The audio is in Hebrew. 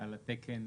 על התקן,